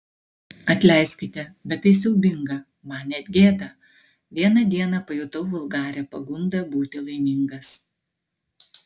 atleiskite bet tai siaubinga man net gėda vieną dieną pajutau vulgarią pagundą būti laimingas